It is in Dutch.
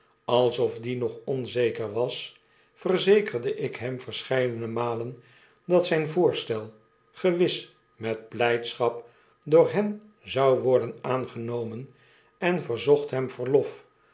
alsof die nog onzeker was verzekerde ik hem verscheidene malen dat zijn voorstel gewis met blijdschap door hen zou worden aangenomen en verzocht hem verlof